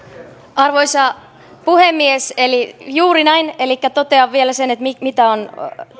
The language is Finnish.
arvoisa puhemies juuri näin elikkä totean vielä mitä on